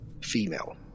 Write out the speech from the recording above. female